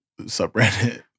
subreddit